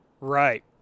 Right